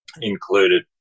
included